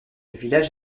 village